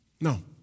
No